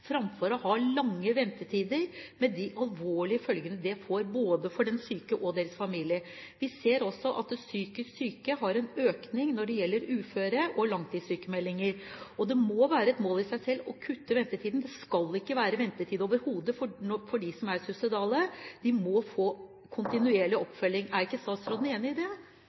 framfor å ha lange ventetider med de alvorlige følgene det får både for de syke og deres familier? Jeg ser også at psykisk syke har en økning når det gjelder uførhet og langtidssykemeldinger. Det må være et mål i seg selv å kutte ventetiden. Det skal ikke være ventetid overhodet for dem som er suicidale. De må få kontinuerlig oppfølging. Er ikke statsråden enig i det?